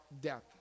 death